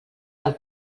del